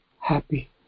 happy